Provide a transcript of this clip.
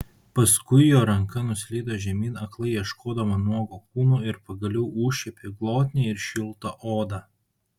paskui jo ranka nuslydo žemyn aklai ieškodama nuogo kūno ir pagaliau užčiuopė glotnią ir šiltą odą